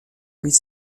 with